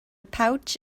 pouch